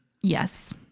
Yes